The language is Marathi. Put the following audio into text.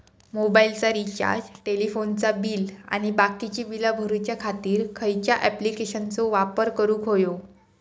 मोबाईलाचा रिचार्ज टेलिफोनाचा बिल आणि बाकीची बिला भरूच्या खातीर खयच्या ॲप्लिकेशनाचो वापर करूक होयो?